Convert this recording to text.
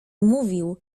mówił